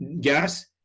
gas